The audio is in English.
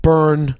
Burn